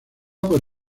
por